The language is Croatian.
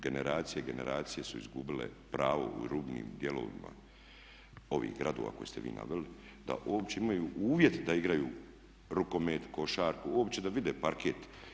Generacije, generacije, generacije su izgubile pravo u rubnim dijelovima ovih gradova koje ste vi naveli da uopće imaju uvjet da igraju rukomet, košarku, uopće da vide parket.